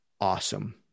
awesome